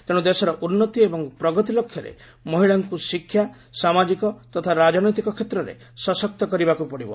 ତେଣୁ ଦେଶର ଉନ୍ନତି ଏବଂ ପ୍ରଗତି ଲକ୍ଷ୍ୟରେ ମହିଳାଙ୍କୁ ଶିକ୍ଷା ସାମାଜିକ ତଥା ରାଜନୈତିକ କ୍ଷେତ୍ରରେ ସଶକ୍ତ କରିବାକୁ ପଡ଼ିବ